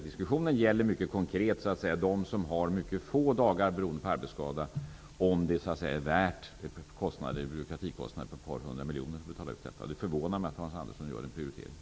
Diskussionen gäller mycket konkret de som har mycket få dagar beroende på arbetsskada och om det är värt byråkratikostnader på ett par hundra miljoner för att betala ut det här. Det förvånar mig att Hans Andersson gör den prioriteringen.